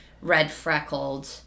red-freckled